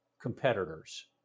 competitors